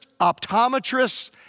optometrists